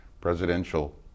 presidential